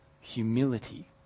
Humility